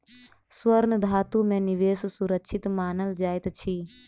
स्वर्ण धातु में निवेश सुरक्षित मानल जाइत अछि